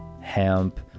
hemp